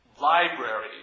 library